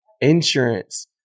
insurance